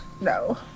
No